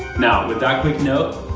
now, with that quick note,